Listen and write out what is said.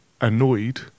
annoyed